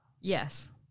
Yes